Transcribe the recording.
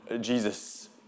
Jesus